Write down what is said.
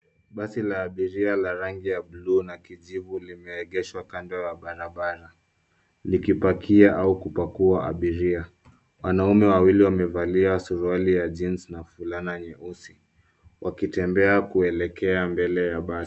Basi la abiria la rangi ya bluu na kijivu limeegeshwa kando ya barabara, likipakia, au kupakua abiria. Wanaume wawili wamevalia suruali ya jeans na fulana nyeusi, wakitembea kuelekea mbele ya basi.